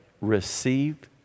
received